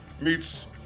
meets